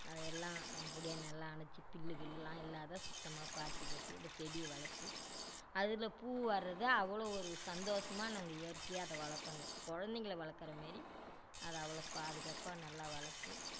அதை எல்லாம் அப்படியே நல்லா அணைச்சி புல்லு கில்லுலாம் இல்லாது சுத்தமாக பாத்தி கட்டி இந்த செடியை வளர்த்து அதில் பூ வர்றத அவ்வளோ ஒரு சந்தோஷமா நாங்கள் இயற்கையாக அதை வளர்ப்போங்க குழந்தைங்கள வளர்க்குற மாரி அதை அவ்வளோ பாதுகாப்பாக நல்லா வளர்த்து